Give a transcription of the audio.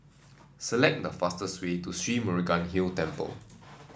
select the fastest way to Sri Murugan Hill Temple